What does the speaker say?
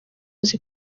azi